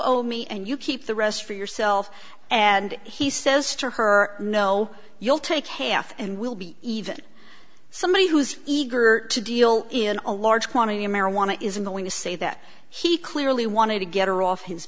owe me and you keep the rest for yourself and he says to her no you'll take half and we'll be even somebody who's eager to deal in a large quantity of marijuana isn't going to say that he clearly wanted to get her off his